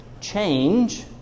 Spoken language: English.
change